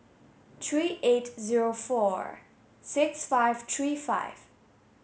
three eight zero four six five three five